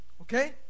Okay